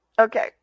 Okay